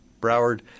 Broward